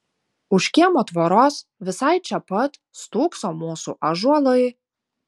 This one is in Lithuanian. už kiemo tvoros visai čia pat stūkso mūsų ąžuolai